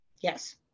Yes